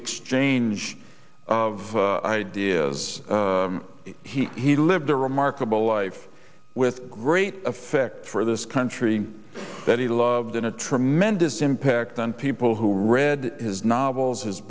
exchange of ideas he lived a remarkable life with great effect for this country that he loved in a tremendous impact on people who read his novels his